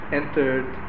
entered